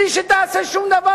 בלי שתעשה שום דבר.